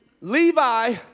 levi